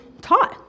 taught